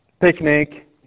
picnic